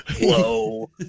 Whoa